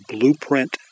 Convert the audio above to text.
Blueprint